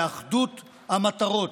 ואחדות המטרות,